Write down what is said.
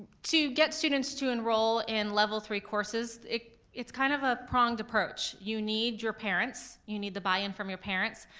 to get students to enroll in level three courses, it's kind of a pronged approach. you need your parents, you need the buy-in from your parents,